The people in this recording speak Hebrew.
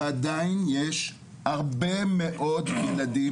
ועדיין יש הרבה מאוד ילדים,